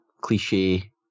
cliche